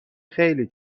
خیلی